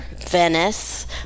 Venice